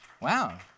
Wow